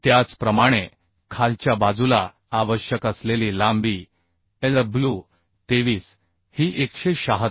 त्याचप्रमाणे खालच्या बाजूला आवश्यक असलेली लांबी Lw23 ही 176